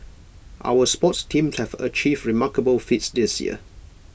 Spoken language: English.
our sports teams have achieved remarkable feats this year